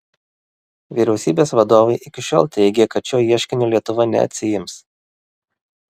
vyriausybės vadovai iki šiol teigė kad šio ieškinio lietuva neatsiims